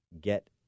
get